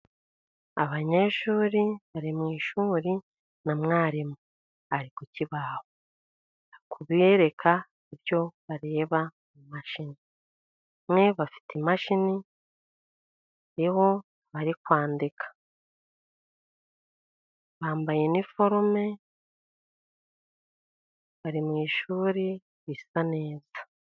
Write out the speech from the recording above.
Abanyeshuri bari mu ishuri na mwarimu ari ku kibaho, ari kubereka ibyo bareba mu mashini, bamwe bafite imashini nibo bari kwandika, bambaye iniforume bari mu ishuri risa neza.